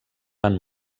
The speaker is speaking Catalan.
van